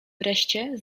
wreszcie